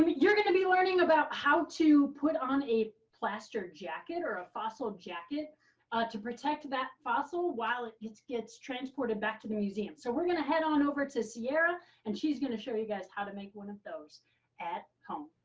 um you're going to be learning about how to put on a plaster jacket or a fossil jacket ah to protect that fossil while it it gets transported back to the museum. so we're going to head on over to sierra and she's going to show you guys how to make one of those at home.